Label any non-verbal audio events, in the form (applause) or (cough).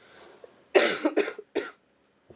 (coughs)